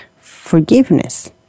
forgiveness